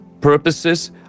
purposes